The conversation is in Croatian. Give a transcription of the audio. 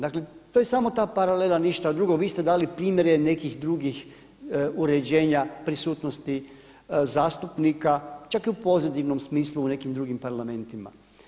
Dakle to je samo ta paralela ništa drugo, vi ste dali primjere nekih drugih uređenja prisutnosti zastupnika, čak u pozitivnom smislu u nekim drugim parlamentima.